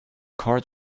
card